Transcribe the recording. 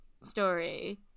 story